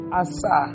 asa